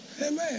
Amen